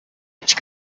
which